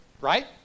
right